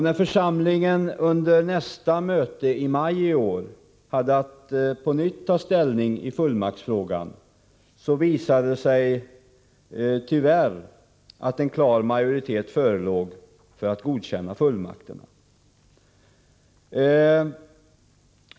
När församlingen under nästa möte, i maj i år, hade att på nytt ta ställning i fullmaktsfrågan visade det sig tyvärr att en klar majoritet förelåg för att godkänna fullmakterna.